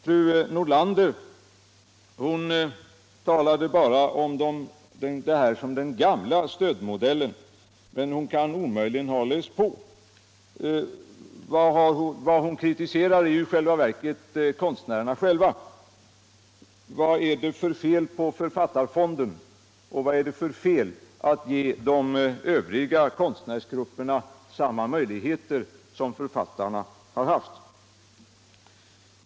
Fru Nordlander talade bara om detta som den gamla stödmodellen, men hon kan omöjligen ha läst på. Vad fru Nordlander kritiserar är i själva verket konstnärerna själva. Vad är det för fel på författarfonden, och vad är det för fel i att ge de övriga konstnärsgrupperna samma möjligheter som författarna har haft?